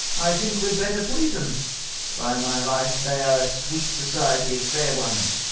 i thinke would better please em by my life, they are a sweet society of faire ones